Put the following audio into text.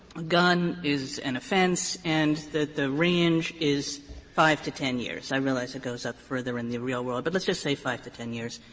a gun is an offense and that the range is five to ten years. i realize it goes up further in the real word, but let's just say five to ten years.